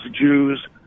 Jews